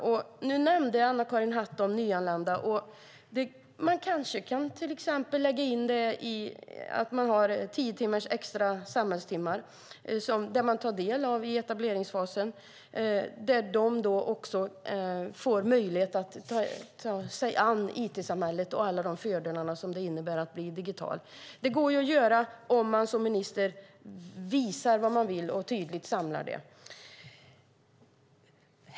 Anna-Karin Hatt nämnde de nyanlända. Man kanske kan lägga in tio extra samhällstimmar för människor i etableringsfasen då de får möjlighet att ta sig an it-samhället och alla de fördelar som det innebär att bli digital. Det går det att göra om man som minister visar vad man vill och tydligt samlar det.